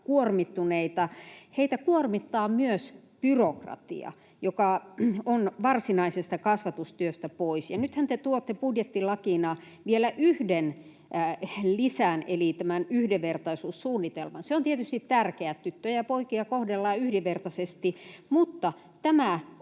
kuormittuneita. Heitä kuormittaa myös byrokratia, joka on varsinaisesta kasvatustyöstä pois, ja nythän te tuotte budjettilakina vielä yhden lisän eli yhdenvertaisuussuunnitelman. Se on tietysti tärkeää, että tyttöjä ja poikia kohdellaan yhdenvertaisesti, mutta tämä on